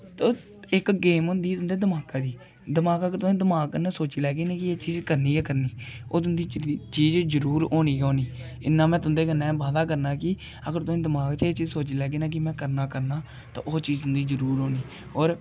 ते इक गेम होंदी तुं'दे दमाका दी दमाग अगर तुसें दमाक कन्नै सोची लैगे नी कि एह् चीज़ करनी गै करनी ओह् तुं'दी चीज जरूर होनी गै होनी इ'न्ना में तुं'दे कन्नै वादा करना कि अगर तुस दमाक च एह् चीज सोची लैगे नी में एह् करना करना तां ओह् चीज तुं'दी जरूर होनी होर